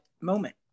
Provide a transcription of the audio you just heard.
moment